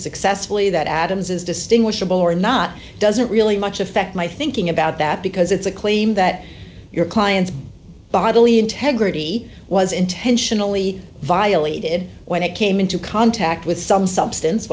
successfully that adams is distinguishable or not doesn't really much affect my thinking about that because it's a claim that your client bodily integrity was intentionally violated when it came into contact with some substance